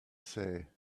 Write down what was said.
say